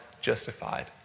justified